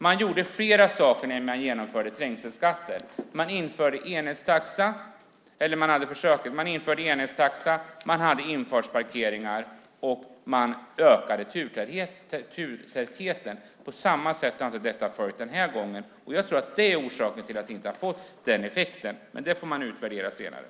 Man gjorde flera saker under försöket. Man införde enhetstaxa, man hade infartsparkeringar, och man ökade turtätheten. Det följde inte med denna gång, och det är orsaken till att det inte har fått samma effekt. Men det får man utvärdera senare.